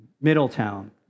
Middletown